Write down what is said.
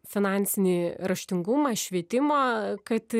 finansinį raštingumą švietimą kad